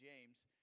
James